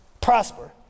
prosper